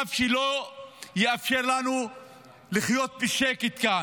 מצב שלא יאפשר לנו לחיות בשקט כאן.